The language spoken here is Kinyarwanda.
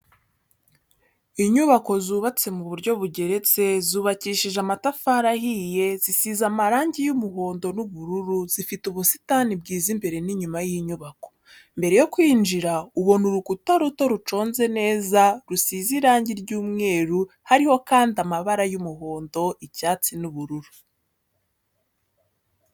Inyubako zubatse mu buryo bugeretse zubakishije amatafari ahiye zisize amarangi y'umuhondo n'ubururu zifite ubusitani bwiza imbere n'inyuma y'inyubako, mbere yo kwinjira ubona urukuta ruto ruconze neza rusize irangi ry'umweru hariho kandi amabara y'umuhondo icyatsi n'ubururu.